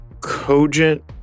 cogent